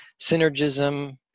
synergism